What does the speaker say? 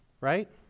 right